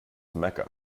mecca